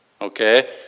okay